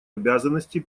обязанностей